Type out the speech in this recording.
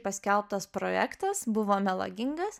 paskelbtas projektas buvo melagingas